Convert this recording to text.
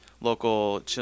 local